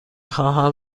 خواهم